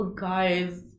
guys